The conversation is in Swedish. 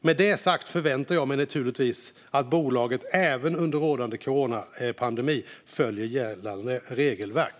Med det sagt förväntar jag mig naturligtvis att bolaget även under rådande coronapandemi följer gällande regelverk.